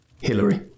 Hillary